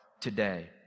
today